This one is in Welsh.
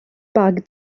bag